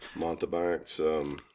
Montebank's